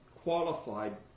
qualified